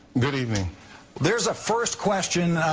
good evening there's a first question ah.